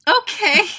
Okay